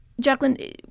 Jacqueline